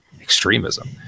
extremism